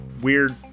weird